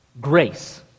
grace